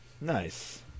nice